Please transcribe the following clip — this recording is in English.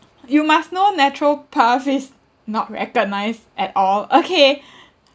you must know naturopath is not recognised at all okay